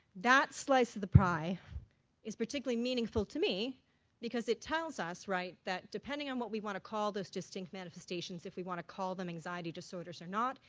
that slice of the pie is particularly meaningful to me because it tells us that depending on what we want to call those distinct manifestations, if we want to call them anxiety disorders or not,